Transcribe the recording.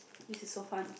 this is so fun